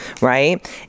Right